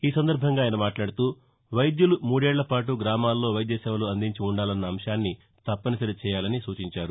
ఈ సందర్భంగా ఆయన మాట్లాడుతూ వైద్యులు మూడేళ్లపాటు గ్రామాల్లో వైద్యసేవలు అందించి ఉండాలన్న అంశాన్ని తప్పనిసరి చేయాలని సూచించారు